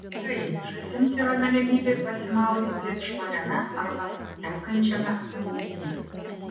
gerai jei žąsims yra galimybė pasimaudyti švariame arba tekančiame vandenyje